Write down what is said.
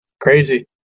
Crazy